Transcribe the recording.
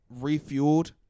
refueled